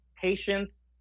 patience